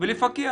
ולפקח.